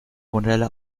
modelle